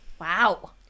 Wow